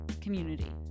community